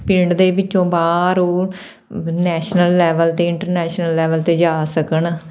ਪਿੰਡ ਦੇ ਵਿੱਚੋਂ ਬਾਹਰ ਉਹ ਨੈਸ਼ਨਲ ਲੈਵਲ 'ਤੇ ਇੰਟਰਨੈਸ਼ਨਲ ਲੈਵਲ 'ਤੇ ਜਾ ਸਕਣ